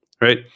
right